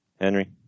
Henry